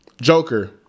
Joker